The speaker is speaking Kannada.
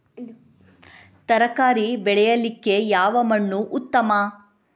ತರಕಾರಿ ಬೆಳೆಯಲಿಕ್ಕೆ ಯಾವ ಮಣ್ಣು ಉತ್ತಮ?